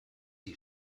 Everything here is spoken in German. die